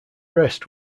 rest